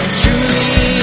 truly